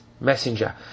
messenger